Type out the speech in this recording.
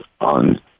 on